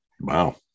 Wow